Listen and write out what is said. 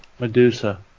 Medusa